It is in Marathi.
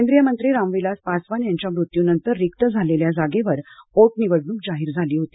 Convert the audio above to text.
केंद्रीय मंत्री रामविलास पासवान यांच्या मृत्युनंतर रिक्त झालेल्या जागेवर पोटनिवडणूक जाहीर झाली होती